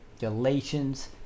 galatians